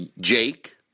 Jake